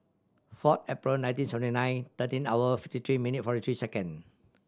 four April nineteen seventy nine thirteen hour fifty three minute forty three second